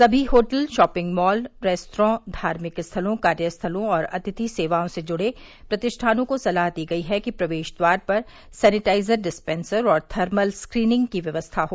Sunny hotel shopping mall restaurant धार्मिक स्थलों कार्यस्थलों और अतिथि सेवाओं से जुड़े प्रतिष्ठानों को सलाह दी गई है कि प्रवेश द्वार पर सैनेटाइजर डिस्पेंसर और थर्मल स्क्रिनिंग की व्यवस्था हो